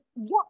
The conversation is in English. yes